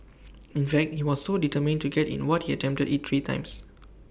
in fact he was so determined to get in what he attempted IT three times